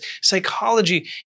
psychology